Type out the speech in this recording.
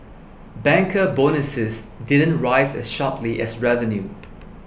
banker bonuses didn't rise as sharply as revenue